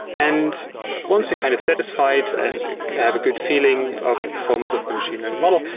and once you're kind of satisfied and have a good feeling of the performance of the machine learning model,